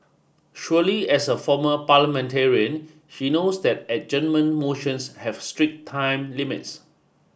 surely as a former parliamentarian he knows that adjournment motions have strict time limits